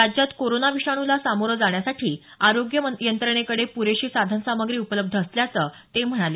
राज्यात कोरोना विषाणूला सामोरं जाण्यासाठी आरोग्य यंत्रणेकडे पुरेशी साधनसामग्री उपलब्ध असल्याचं ते म्हणाले